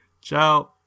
Ciao